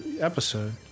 episode